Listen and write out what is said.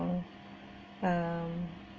um um